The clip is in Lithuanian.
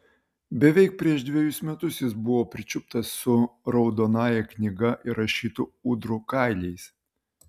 beveik prieš dvejus metus jis buvo pričiuptas su į raudonąją knygą įrašytų ūdrų kailiais